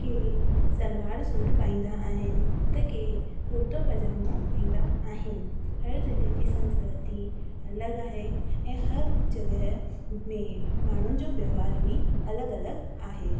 त के सलवार सूट पाईंदा आहिनि त के कुर्तो पजामो पाईंदा आहिनि हरु जॻए जी संस्कृति अलॻि आहे ऐं हरु जॻह में माण्हूनि जो व्यव्हार बि अलॻि अलॻि आहे